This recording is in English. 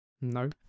no